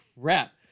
crap